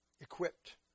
equipped